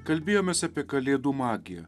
kalbėjomės apie kalėdų magiją